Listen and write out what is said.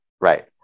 right